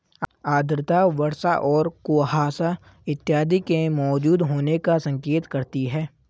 आर्द्रता वर्षा और कुहासा इत्यादि के मौजूद होने का संकेत करती है